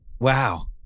Wow